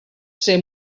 ser